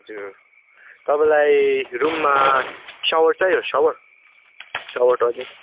हजुर तपाईँलाई रुममा सावर चाहियो सावर सावर ट्वइलेट